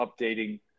updating